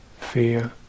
fear